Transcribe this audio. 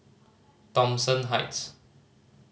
Thomson Heights